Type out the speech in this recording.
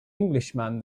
englishman